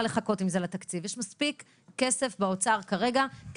ואנחנו ממשיכים לבנות בניינים וכאלה, כן?